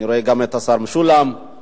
אני רואה גם את השר משולם נהרי,